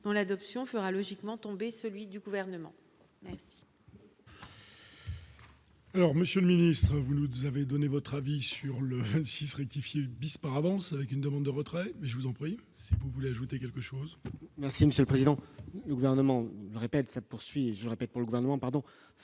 dont l'adoption fera logiquement tomber celui du gouvernement. Alors